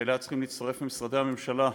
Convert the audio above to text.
שאליה צריכים להצטרף משרדי הממשלה,